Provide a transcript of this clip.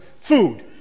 food